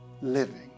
living